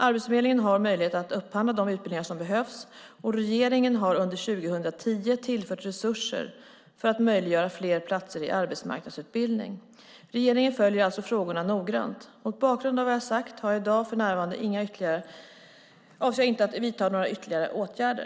Arbetsförmedlingen har möjlighet att upphandla de utbildningar som behövs, och regeringen har under 2010 tillfört resurser för att möjliggöra fler platser i arbetsmarknadsutbildning. Regeringen följer alltså frågorna noggrant. Mot bakgrund av vad jag har sagt i dag avser jag för närvarande inte att vidta några ytterligare åtgärder.